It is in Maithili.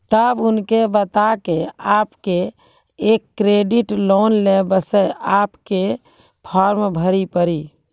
तब उनके बता के आपके के एक क्रेडिट लोन ले बसे आपके के फॉर्म भरी पड़ी?